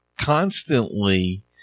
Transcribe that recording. constantly